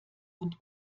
und